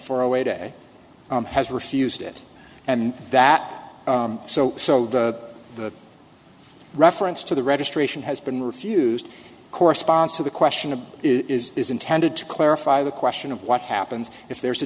four away day has refused it and that so so the the reference to the registration has been refused corresponds to the question of is is intended to clarify the question of what happens if there's a